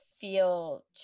feel